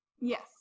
Yes